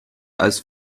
als